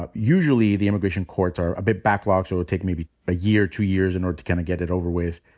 ah usually, the immigration courts are a bit backlogged, so it will take maybe a year, two years in order to kinda get it over with.